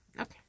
Okay